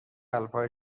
قلبهای